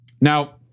Now